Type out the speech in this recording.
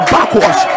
Backwards